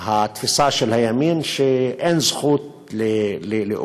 במצב שהתפיסה של הימין היא שאין זכות לאופוזיציה,